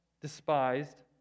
despised